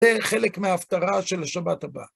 זה חלק מההפטרה של השבת הבאה.